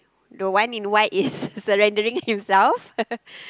the one in white is surrendering himself